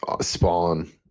spawn